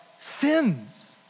sins